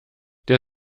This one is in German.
der